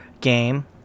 game